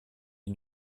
est